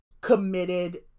committed